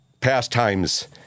pastimes